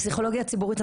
הפסיכולוגיה הציבורית,